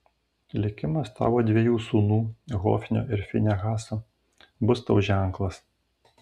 likimas tavo dviejų sūnų hofnio ir finehaso bus tau ženklas